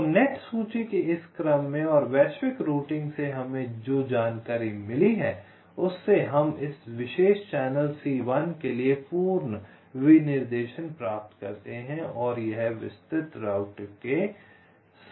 तो नेट सूची के इस क्रम और वैश्विक रूटिंग से हमें जो जानकारी मिली है उससे हम इस विशेष चैनल C1 के लिए पूर्ण विनिर्देशन प्राप्त करते हैं और यह विस्तृत राउटर के संबंध में है